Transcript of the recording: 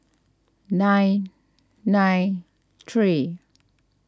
nine nine three